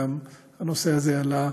והנושא הזה עלה